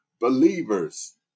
believers